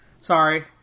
Sorry